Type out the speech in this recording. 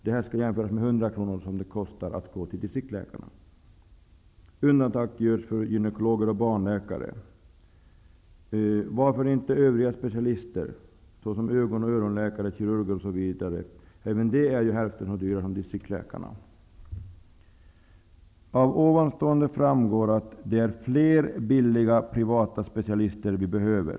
Detta skall jämföras med de 100 kr som det kostar att gå till distriktsläkarna. Undantag görs för gynekologer och barnläkare. Varför inte övriga specialister, såsom ögon och öronläkare, kirurger osv.? Även de är ju hälften så dyra som distriktsläkarna. Av ovanstående framgår att det är fler billiga privata specialister vi behöver.